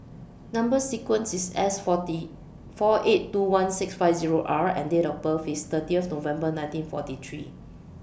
Number sequence IS S four eight two one six five Zero R and Date of birth IS thirty November nineteen forty three